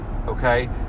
Okay